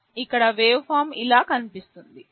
ఇక్కడ వేవ్ఫార్మ్ ఇలా కనిపిస్తుంది